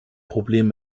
problem